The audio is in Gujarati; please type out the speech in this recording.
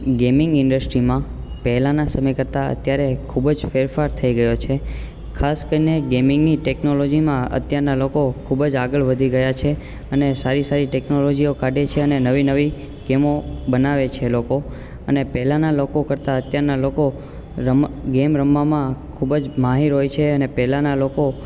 ગેમિંગ ઈન્ડસ્ટ્રીમાં પહેલાના સમય કરતાં અત્યારે ખૂબ જ ફેરફાર થઈ ગયો છે ખાસ કરીને ગેમિંગ ની ટેકનોલોજીમાં અત્યારના લોકો ખૂબ જ આગળ વધી ગયા છે અને સારી સારી ટેકનોલોજીઓ કાઢે છે અને નવી નવી ગેમો બનાવે છે એ લોકો અને પહેલાના લોકો કરતાં અત્યારના લોકો રમ ગેમ રમવામાં ખૂબ જ માહીર હોય છે અને પહેલાના લોકો